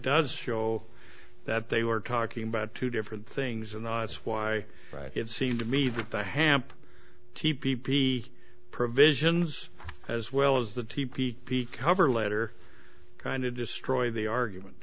does show that they were talking about two different things and that's why it seemed to me that the hamp t p p provisions as well as the t p p cover letter kind of destroy the argument